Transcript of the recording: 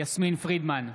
יסמין פרידמן,